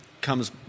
comes